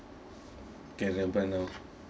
lor